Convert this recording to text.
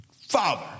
Father